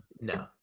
No